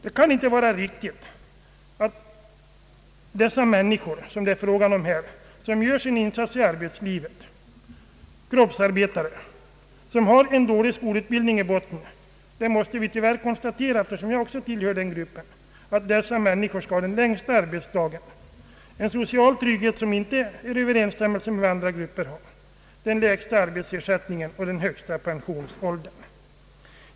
Det kan inte vara riktigt att de människor det här är fråga om som gör sin insats i arbetslivet, kroppsarbetare som har en dålig skolutbildning — det måste vi tyvärr konstatera; jag tillhör också den gruppen — skall ha den längsta arbetsdagen och en social trygghet som inte överensstämmer med andra gruppers, den lägsta arbetsersättningen och den högsta pensionsåldern.